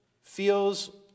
feels